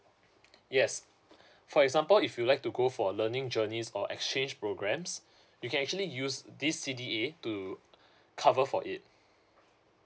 yes for example if you like to go for learning journeys or exchange programmes you can actually use this C_D_A to cover for it